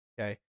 okay